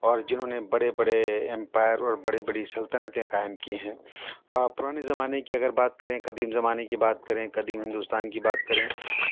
اور جنہوں نے بڑے بڑے امپائر اور بڑی بڑی سلطنتیں قائم کی ہیں پرانے زمانے کی اگر بات کریں قدیم زمانے کی بات کریں قدیم ہندوستان کی بات کریں